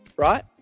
Right